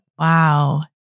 Wow